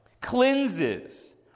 Cleanses